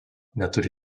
neturi